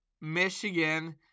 Michigan